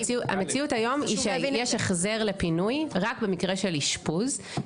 המציאות היום היא שיש החזר לפינוי רק במקרה של אשפוז.